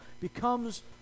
becomes